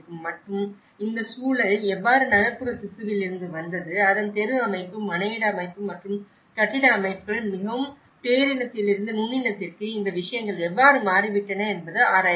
மற்றும் இந்த குழல் எவ்வாறு நகர்ப்புற திசுவிலிருந்து வந்தது அதன் தெரு அமைப்பு மனையிட அமைப்பு மற்றும் கட்டிட அமைப்புகள் மிகவும் பேரினத்திலிருந்து நுண்ணினத்திற்கு இந்த விஷயங்கள் எவ்வாறு மாறிவிட்டன என்பது ஆராயப்பட்டது